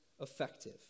effective